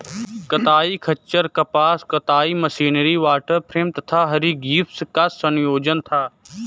कताई खच्चर कपास कताई मशीनरी वॉटर फ्रेम तथा हरग्रीव्स का संयोजन था